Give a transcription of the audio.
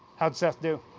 how'd seth do?